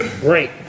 Great